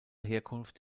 herkunft